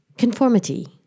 Conformity